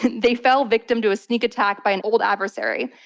they fell victim to a sneak attack by an old adversary.